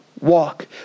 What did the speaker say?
Walk